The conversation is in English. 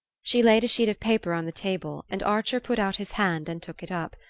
she laid a sheet of paper on the table, and archer put out his hand and took it up.